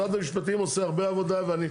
משרד המשפטים עושה הרבה עבודה ואני,